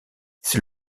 c’est